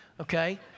Okay